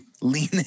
Lean